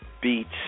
Beats